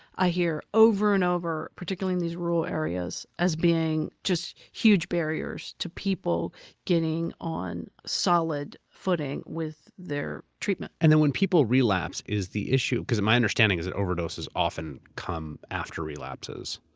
i hear over and over, particularly in these rural areas, as being just huge barriers to people getting on solid footing with their treatment and then when people relapse is the issue, because my understanding is that overdoses often come after relapses.